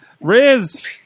Riz